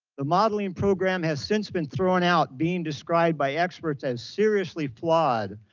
the modeling and program has since been thrown out, being described by experts as seriously flawed.